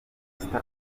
sita